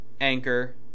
Anchor